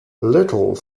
little